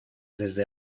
desde